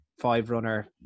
five-runner